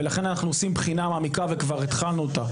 ולכן אנחנו עושים בחינה מעמיקה וכבר התחלנו אותה,